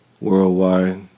worldwide